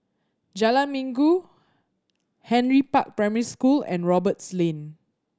Jalan Minggu Henry Park Primary School and Roberts Lane